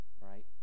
Right